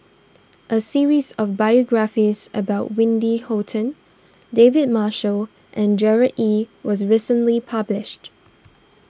a series of biographies about Wendy Hutton David Marshall and Gerard Ee was recently published